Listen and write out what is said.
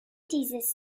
dieses